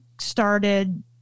started